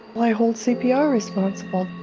i hold cpr responsible.